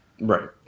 Right